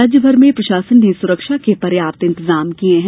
प्रदेश भर में प्रशासन ने सुरक्षा के पर्याप्त इंतजाम किये हैं